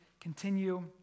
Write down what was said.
continue